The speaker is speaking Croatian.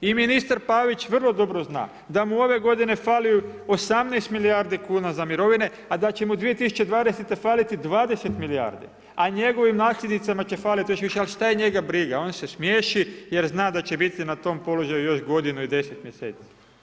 I ministar Pavić vrlo dobro zna da mu ove godine fali 18 milijardi kuna za mirovine, a da će mu 2020. faliti 20 milijardi, a njegovim nasljednicima će faliti još više, ali šta je njega briga, on se smiješi jer zna da će biti na tom položaju još godinu i 10 mjeseci.